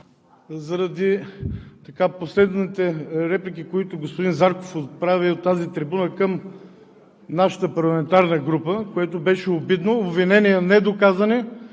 заради последните реплики, които господин Зарков отправи от тази трибуна към нашата парламентарна група, което беше обидно – обвинения, недоказани.